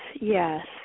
yes